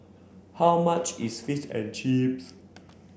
how much is Fish and Chips